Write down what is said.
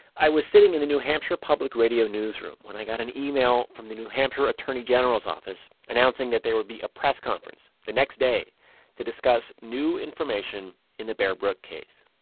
i was sitting in the new hampshire public radio newsroom when i got an email from the new hampshire attorney general's office, announcing that there would be a press conference the next day to discuss new information in the bear brook case.